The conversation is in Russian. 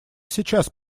сейчас